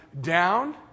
down